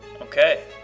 Okay